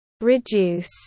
reduce